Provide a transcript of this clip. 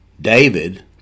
David